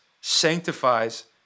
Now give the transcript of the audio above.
sanctifies